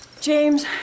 James